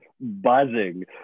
buzzing